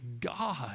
God